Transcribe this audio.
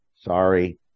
Sorry